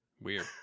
Weird